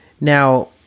Now